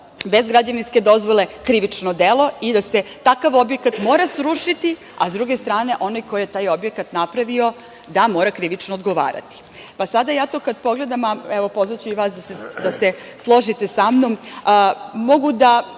bez građevinske dozvole krivično delo i da se takav objekat mora srušiti, a s druge strane, onaj ko je taj objekat napravio, da mora krivično odgovarati. Kada to pogledam, evo pozvaću i vas da se složite sa mnom, mogu da